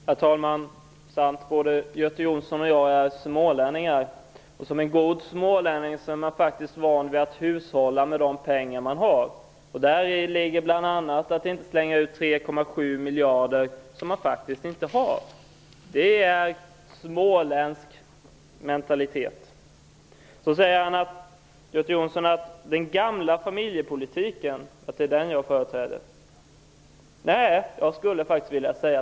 Herr talman! Sant är att både Göte Jonsson och jag är smålänningar. Som en god smålänning är man faktiskt van vid att hushålla med de pengar som man har. Däri ligger bl.a. att inte slänga ut 3,7 miljarder som man faktiskt inte har. Det är småländsk mentalitet. Göte Jonsson säger att jag företräder den gamla familjepolitiken.